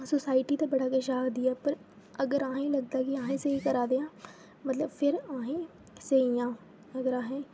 society ते बड़ा किश आखदी ऐ पर अगर अहें ई लगदा कि अहें स्हेई करा दे आं मतलब अहें स्हेई आं अगर अहें